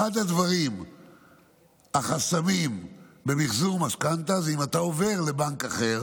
אחד החסמים במחזור משכנתה זה אם אתה עובר לבנק אחר